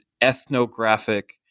ethnographic